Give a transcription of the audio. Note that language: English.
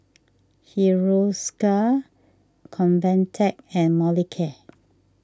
Hiruscar Convatec and Molicare